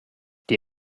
die